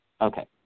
Okay